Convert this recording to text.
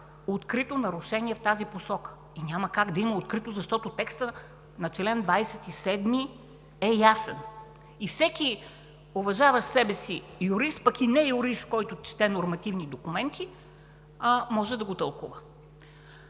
открито нарушение в тази посока. Няма как да има открито, защото текстът на чл. 27 е ясен и всеки уважаващ себе си юрист, пък и не юрист, който чете нормативни документи, може да го тълкува.